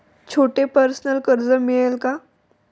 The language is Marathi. छोटे पर्सनल कर्ज मिळेल का?